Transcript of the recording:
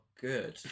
good